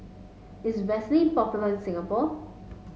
is Vaselin popular in Singapore